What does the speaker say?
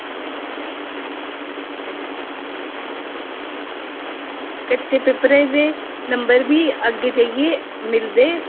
कच्चे पेपरें दे नंबर बी अग्गें जाइयै मिलदे